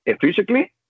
Physically